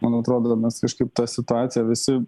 man atrodo mes kažkaip tą situaciją visi